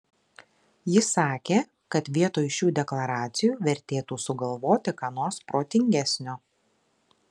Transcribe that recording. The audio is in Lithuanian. jis sakė kad vietoj šių deklaracijų vertėtų sugalvoti ką nors protingesnio